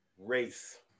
race